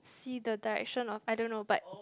see the direction of I don't know but